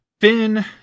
Finn